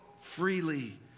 Freely